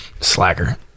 Slacker